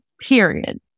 period